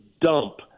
dump